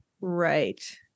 Right